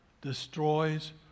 destroys